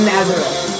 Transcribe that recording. Nazareth